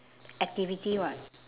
activity [what]